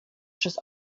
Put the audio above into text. przez